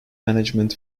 management